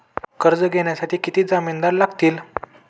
कर्ज घेण्यासाठी किती जामिनदार लागतील?